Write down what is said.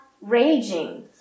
raging